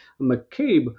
McCabe